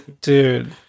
Dude